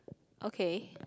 okay